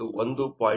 25 x 1